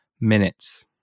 minutes